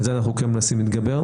על זה אנחנו כן מנסים להתגבר.